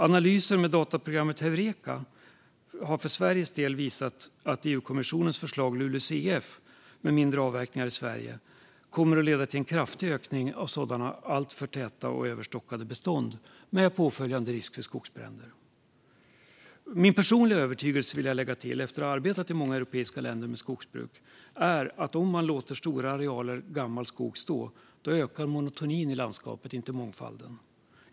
Analyser gjorda med hjälp av dataprogrammet Heureka har för Sveriges del visat att EU-kommissionens förslag LULUCF, med mindre avverkningar i Sverige, kommer att leda till en kraftig ökning av sådana alltför täta och överstockade bestånd med påföljande risk för skogsbränder. Min personliga övertygelse, efter att ha arbetat i många europeiska länder med skogsbruk, är att om man låter stora arealer gammal skog stå ökar monotonin i landskapet, inte mångfalden.